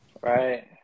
Right